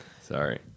sorry